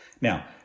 Now